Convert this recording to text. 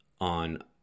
on